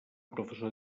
professor